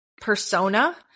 persona